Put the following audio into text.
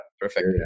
perfect